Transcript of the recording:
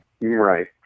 Right